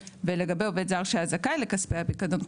ולגבי עובד זר שהיה זכאי לכספי הפיקדון,